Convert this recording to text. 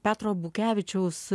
petro abukevičiaus